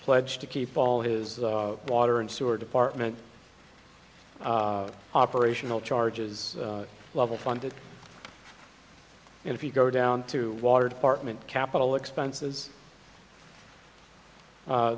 pledged to keep all his water and sewer department operational charges level funded and if you go down to water department capital expenses